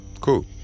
Cool